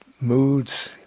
moods